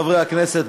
חברי הכנסת,